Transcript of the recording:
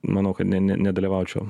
manau kad ne ne nedalyvaučiau